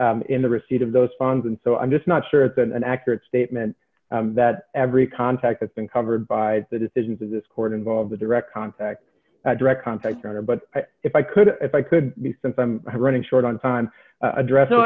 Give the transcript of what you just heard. directly in the receipt of those funds and so i'm just not sure it's an accurate statement that every contact that's been covered by the decisions of this court involves a direct contact a direct contact order but if i could if i could be since i'm running short on time address so